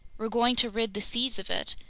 we're going to rid the seas of it!